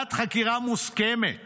ועדת חקירה מוסכמת